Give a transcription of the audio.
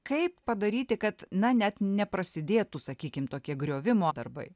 kaip padaryti kad na net neprasidėtų sakykim tokie griovimo darbai